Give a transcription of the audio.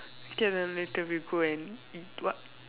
k later then we go and eat what